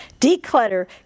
declutter